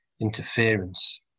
interference